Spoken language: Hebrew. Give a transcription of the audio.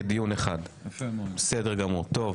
טוב,